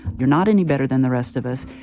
you're not any better than the rest of us.